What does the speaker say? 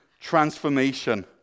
transformation